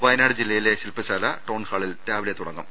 വയനാട് ജില്ലയിലെ ശിൽപശാല ടൌൺഹാളിൽ രാവിലെ തുടങ്ങും